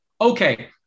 Okay